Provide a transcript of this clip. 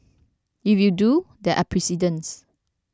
if you do there are precedents